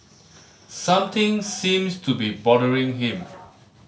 something seems to be bothering him